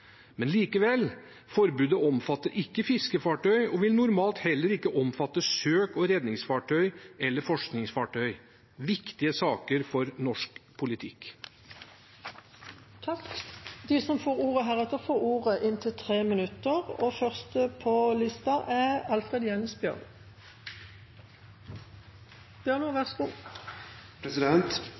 Men likevel: Forbudet omfatter ikke fiskefartøy og vil normalt heller ikke omfatte søk- og redningsfartøy eller forskningsfartøy, som er viktige saker for norsk politikk. De talere som heretter får ordet, har en taletid på inntil 3 minutter. Eg vil også starte med å takke utanriksministeren for ei særs god